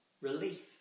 relief